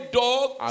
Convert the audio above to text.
dogs